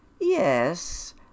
Yes